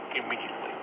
immediately